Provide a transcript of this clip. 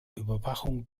überwachung